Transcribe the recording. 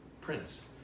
Prince